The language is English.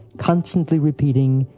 constantly repeating,